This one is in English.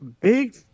big